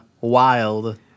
wild